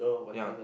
young